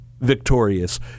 victorious